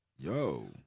yo